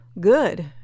good